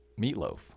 Meatloaf